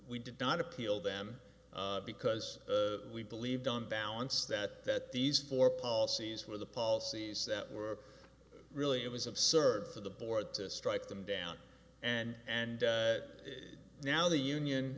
we did not appeal them because we believe dunn balance that these four policies were the policies that were really it was absurd for the board to strike them down and and that now the union